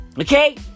Okay